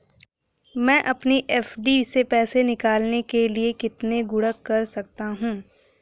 मैं अपनी एफ.डी से पैसे निकालने के लिए कितने गुणक कर सकता हूँ?